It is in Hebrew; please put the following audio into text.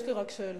יש לי רק שאלה.